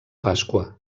pasqua